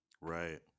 right